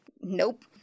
nope